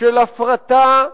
של הפרטה,